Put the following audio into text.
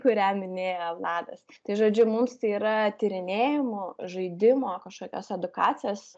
kurią minėjo vladas tai žodžiu mums tai yra tyrinėjimų žaidimo kažkokios edukacinės